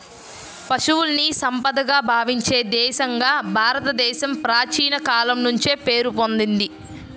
పశువుల్ని సంపదగా భావించే దేశంగా భారతదేశం ప్రాచీన కాలం నుంచే పేరు పొందింది